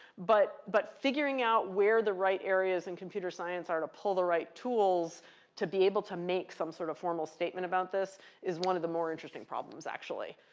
but but figuring out where the right areas in computer science are to pull the right tools to be able to make some sort of formal statement about this is one of the more interesting problems, actually,